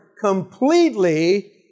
completely